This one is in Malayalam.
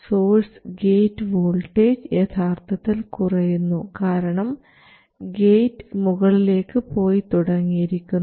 സോഴ്സ് ഗേറ്റ് വോൾട്ടേജ് യഥാർത്ഥത്തിൽ കുറയുന്നു കാരണം ഗേറ്റ് മുകളിലേക്ക് പോയി തുടങ്ങിയിരിക്കുന്നു